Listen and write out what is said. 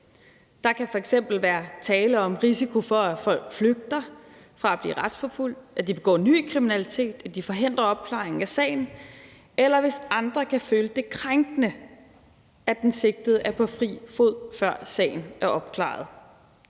Der kan f.eks. være tale om risiko for, at folk flygter fra at blive retsforfulgt, at de begår ny kriminalitet, eller at de forhindrer opklaringen af sagen, eller det kan være, hvis andre kan føle det krænkende, at den sigtede er på fri fod, før sagen er opklaret.